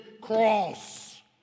cross